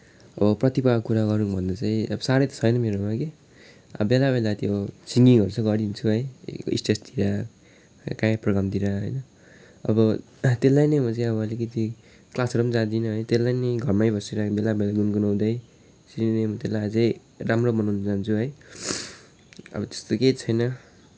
अब प्रतिभाको कुरा गरौँ भन्दा चाहिँ साह्रै त छैन मेरोमा कि बेला बेला त्यो सिङ्गिङहरू चाहिँ गरिदिन्छु है स्टेजतिर कहीँ प्रोग्रामतिर होइन अब त्यसलाई नै म चाहिँ अब अलिकति क्लासहरू पनि जादिनँ है त्यसलाई नै घरमै बसेर बेला बेला गुनगुनाउदै सिङ्गिङ त्यसलाई अझै राम्रो बनाउन चाहन्छु है अब त्यस्तो केही छैन